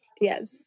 Yes